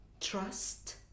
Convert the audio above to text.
trust